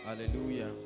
Hallelujah